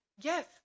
Yes